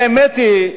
האמת היא,